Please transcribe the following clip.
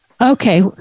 Okay